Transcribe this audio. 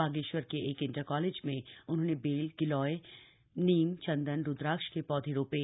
बागेश्वर के एक inter college में उन्होंने बेल गिलॉय नीम चंदन रुद्राक्ष के पौधे रोपे